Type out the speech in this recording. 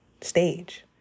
stage